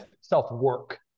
self-work